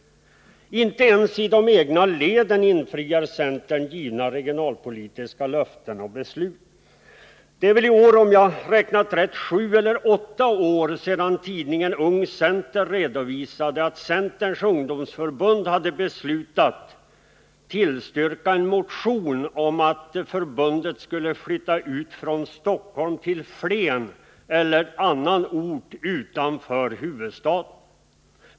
Inte ens i de egna leden infriar centern givna regionalpolitiska löften och beslut. Om jag har räknat rätt är det nu sju eller åtta år sedan tidningen Ung center redovisade att centerns ungdomsförbund hade beslutat tillstyrka en motion om att förbundet skulle flytta ut från Stockholm till Flen eller annan ort utanför huvudstaden.